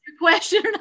question